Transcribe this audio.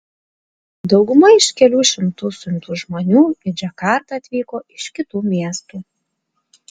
dauguma iš kelių šimtų suimtų žmonių į džakartą atvyko iš kitų miestų